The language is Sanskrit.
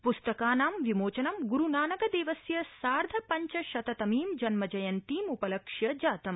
पुस्तकानां विमोचनं गुरुनानक देवस्य सार्ध पञ्च शत तर्मी जन्मशताब्दीम्पलक्ष्य जातम्